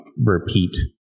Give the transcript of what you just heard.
repeat